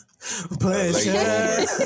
Pleasure